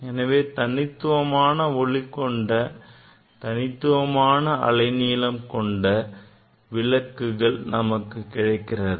எனவே தனித்துவமான ஒளி கொண்ட தனித்துவமான அலைநீளம் கொண்ட விளக்குகள் நமக்கு கிடைக்கிறது